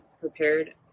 prepared